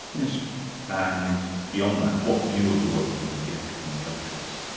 and beyond that, what view of the world do we get from the lectures?